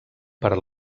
per